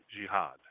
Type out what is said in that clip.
jihad